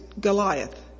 Goliath